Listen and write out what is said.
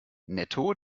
netto